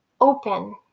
open